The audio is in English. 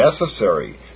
necessary